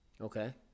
Okay